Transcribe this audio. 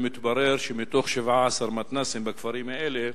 ומתברר שמתוך 17 מתנ"סים בכפרים האלה,